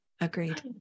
Agreed